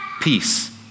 peace